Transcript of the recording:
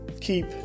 keep